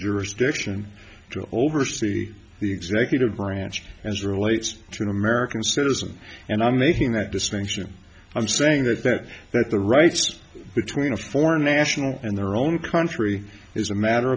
jurisdiction to oversee the executive branch as relates to an american citizen and i'm making that distinction i'm saying that that that the rights between a foreign national and their own country is a matter